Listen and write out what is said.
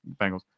Bengals